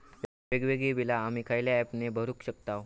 वेगवेगळी बिला आम्ही खयल्या ऍपने भरू शकताव?